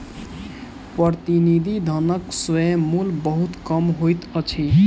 प्रतिनिधि धनक स्वयं मूल्य बहुत कम होइत अछि